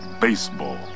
baseball